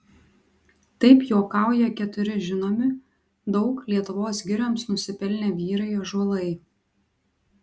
taip juokauja keturi žinomi daug lietuvos girioms nusipelnę vyrai ąžuolai